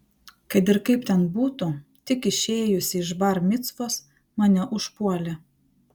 kad ir kaip ten būtų tik išėjusį iš bar micvos mane užpuolė